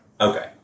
okay